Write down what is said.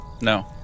No